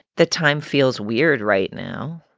the time feels weird right now.